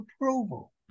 approval